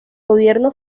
gobierno